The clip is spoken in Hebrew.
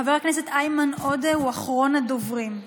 חבר הכנסת איימן עודה הוא אחרון הדוברים.